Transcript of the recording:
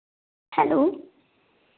hello